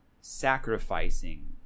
sacrificing